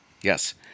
Yes